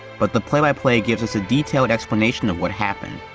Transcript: but the play-by-play gives us a detailed explanation of what happened.